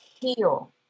heal